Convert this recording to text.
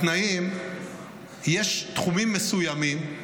התנאים, יש תחומים מסוימים,